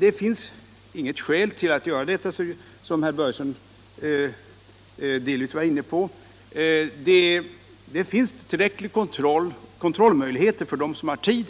Det finns, som herr Börjesson i Glömminge delvis var inne på, inget skäl att göra den här utökningen. Tillräckliga kontrollmöjligheter finns redan